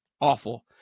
awful